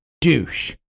douche